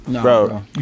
bro